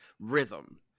rhythm